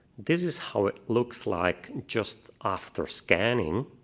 this is how it looks like just after scanning.